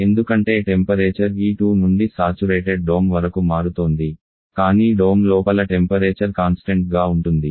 ఎందుకంటే టెంపరేచర్ ఈ 2 నుండి సాచురేటెడ్ డోమ్ వరకు మారుతోంది కానీ డోమ్ లోపల టెంపరేచర్ కాన్స్టెంట్ గా ఉంటుంది